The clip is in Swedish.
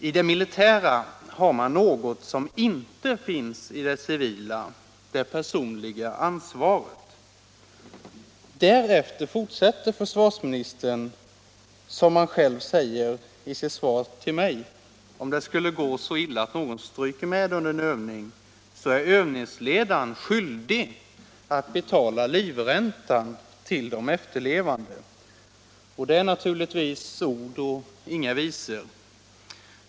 I det militära har man något som inte finns i det civila, det personliga ansvaret. Därefter fortsätter försvarsministern, och han upprepar det i sitt svar till mig: Om det skulle gå så illa att någon stryker med under en övning, så är övningsledaren skyldig att betala livräntan till de efterlevande. Detta är ord och inga visor.